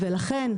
לכן,